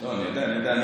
אני יודע.